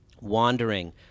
wandering